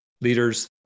leaders